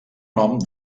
nom